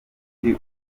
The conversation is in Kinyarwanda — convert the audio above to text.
umwe